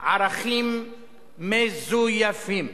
ערכים מזויפים.